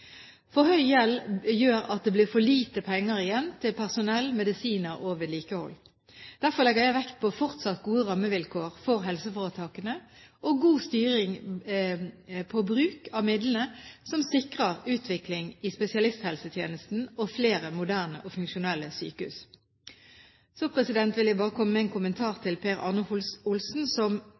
For høy gjeld gjør at det blir for lite penger igjen til personell, medisiner og vedlikehold. Derfor legger jeg vekt på fortsatt gode rammevilkår for helseforetakene og god styring på bruk av midlene, som sikrer utvikling i spesialisthelsetjenesten og flere moderne og funksjonelle sykehus. Så vil jeg bare komme med en kommentar til Per Arne Olsen, som